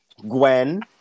Gwen